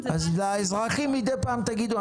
אז לאזרחים מדי פעם תגידו,